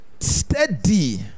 Steady